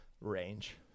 range